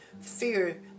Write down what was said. fear